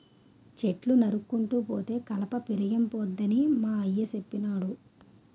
చెట్లు నరుక్కుంటూ పోతే కలప పిరియంపోద్దని మా అయ్య సెప్పినాడు